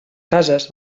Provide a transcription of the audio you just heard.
cases